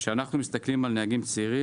כשאנחנו מסתכלים על נהגים צעירים,